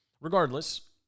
Regardless